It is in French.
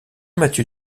mathieu